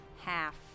half